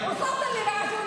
חברת הכנסת טלי גוטליב,